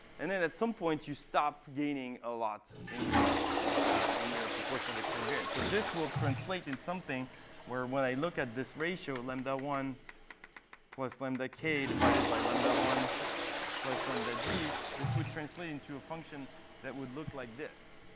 and then at some point, you stop gaining a lot in your in your proportion of explained variance. so this will translate in something where when i look at this ratio, lambda one plus lambda k divided by lambda one plus lambda d, this would translate into a function that would look like this.